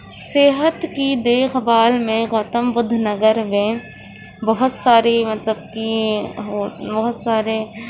صحت کی دیکھ بھال میں گوتم بدھ نگر میں بہت ساری مطلب کہ بہت سارے